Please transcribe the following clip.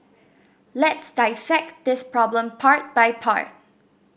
let's dissect this problem part by part